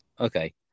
Okay